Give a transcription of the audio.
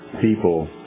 people